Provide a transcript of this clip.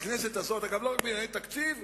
בכנסת הזאת, לא רק בענייני תקציב,